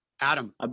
Adam